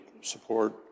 support